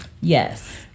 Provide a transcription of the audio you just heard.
Yes